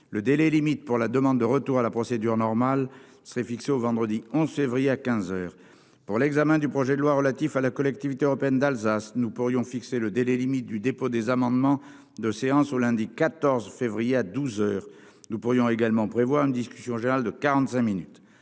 le délai limite pour la demande de retour à la procédure normale s'est fixé au vendredi 11 février à 15 heures pour l'examen du projet de loi relatif à la collectivité européenne d'Alsace nous pourrions fixer le délai limite du dépôt des amendements de séances au lundi 14 février à 12 heures nous pourrions également prévoit une discussion générale de 45 minutes